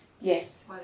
Yes